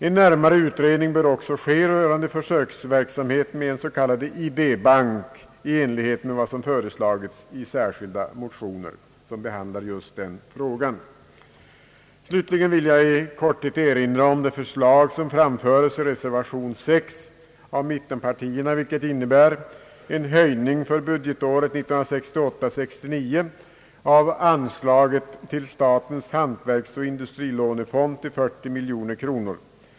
En närmare utredning bör också ske rörande försöksverksamhet med en s.k. idébank i enlighet med vad som föreslagits i särskilda motioner som behandlar just den frågan. Slutligen vill jag i korthet erinra om det förslag som framföres i reservation 6 av mittenpartierna, vilket innebär en höjning för budgetåret 1968/69 av anslaget till statens hantverksoch industrilånefond till 40 miljoner kronor.